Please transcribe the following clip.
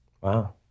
Wow